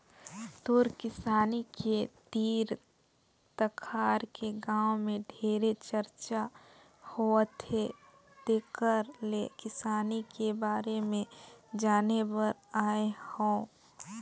तोर किसानी के तीर तखार के गांव में ढेरे चरचा होवथे तेकर ले किसानी के बारे में जाने बर आये हंव